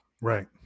Right